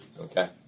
Okay